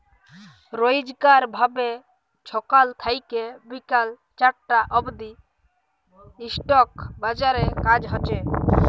রইজকার ভাবে ছকাল থ্যাইকে বিকাল চারটা অব্দি ইস্টক বাজারে কাজ হছে